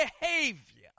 behavior